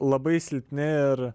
labai silpni ir